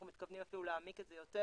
אנחנו מתכוונים אפילו להעמיק את זה יותר.